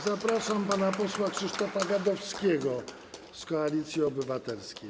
Zapraszam pana posła Krzysztofa Gadowskiego z Koalicji Obywatelskiej.